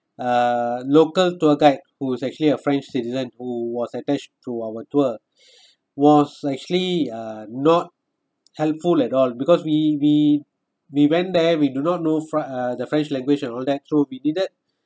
uh local tour guide who is actually a french citizen who was attached to our tour was actually uh not helpful at all because we we we went there we do not know france uh the french language and all that so we needed